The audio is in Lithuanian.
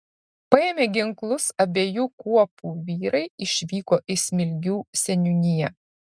paėmę ginklus abiejų kuopų vyrai išvyko į smilgių seniūniją